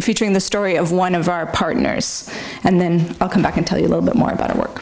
featuring the story of one of our partners and then i'll come back and tell you a little bit more about it work